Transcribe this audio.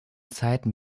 zeiten